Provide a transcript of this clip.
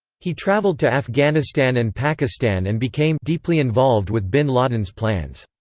he traveled to afghanistan and pakistan and became deeply involved with bin laden's plans.